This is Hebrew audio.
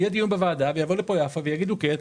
יהיה דיון בוועדה ויבוא לפה יפה ויגידו כן,